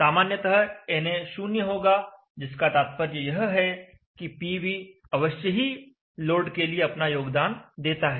सामान्यतः na 0 होगा जिसका तात्पर्य यह है कि पीवी अवश्य ही लोड के लिए अपना योगदान देता है